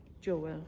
Joel